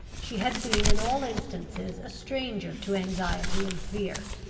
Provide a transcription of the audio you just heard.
she had been in all instances a stranger to anxiety and fear.